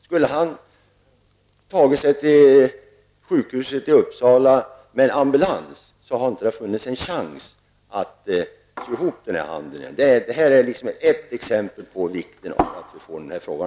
Skulle han ha tagit sig till sjukhuset i Uppsala med ambulans hade det inte funnits en chans att sy ihop handen igen.